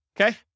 Okay